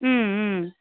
ம் ம்